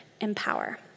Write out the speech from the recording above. empower